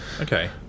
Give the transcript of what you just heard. okay